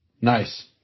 Nice